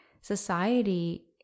society